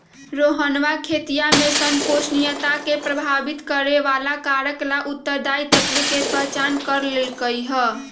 रोहनवा खेतीया में संपोषणीयता के प्रभावित करे वाला कारक ला उत्तरदायी तत्व के पहचान कर लेल कई है